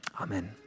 Amen